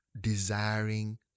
desiring